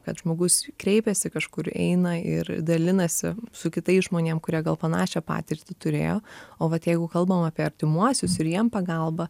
kad žmogus kreipiasi kažkur eina ir dalinasi su kitais žmonėm kurie gal panašią patirtį turėjo o vat jeigu kalbam apie artimuosius ir jiem pagalbą